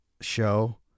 show